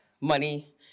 money